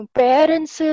parents